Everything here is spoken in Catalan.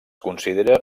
considera